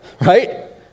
right